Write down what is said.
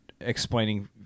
explaining